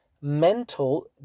mental